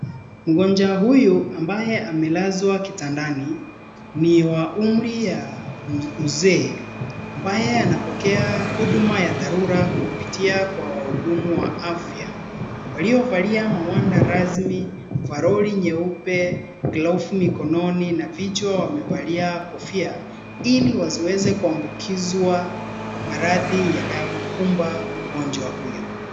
Mgonjwa huyu ambaye amelazwa kitandani ni wa umri ya uzee ambaye anapokea huduma ya dharura kupitia kwa wahudumu wa afya. Waliovalia mawanda rasmi, uvaroli nyeupe, glavu mikononi na vichwa wamevalia kofia ili wasiweze kwambukizwa maradhi yanayomkumba mgonjwa huyu.